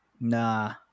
Nah